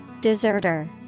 Deserter